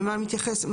למה מתייחס?